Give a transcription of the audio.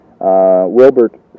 Wilbert